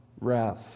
wrath